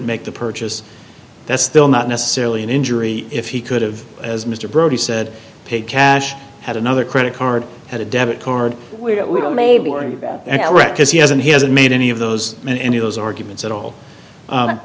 make the purchase that's still not necessarily an injury if he could have as mr brodie said paid cash had another credit card had a debit card maybe because he hasn't he hasn't made any of those in any of those arguments at all